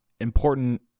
important